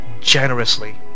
generously